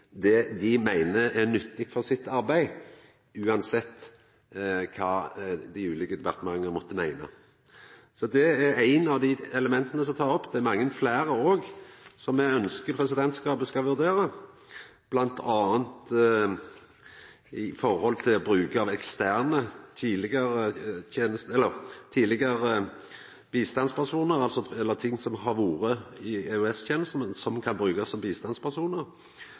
det dei meiner er nyttig for arbeidet sitt, same kva dei ulike departementa måtte meina. Så det er eit av dei elementa som blir tatt opp. Det er òg mange fleire element som me ønskjer presidentskapet skal vurdera, bl.a. med omsyn til bruk av eksterne, tidlegare bistandspersonar – eller personar som har vore EOS-tenestemenn, som kan brukast som bistandspersonar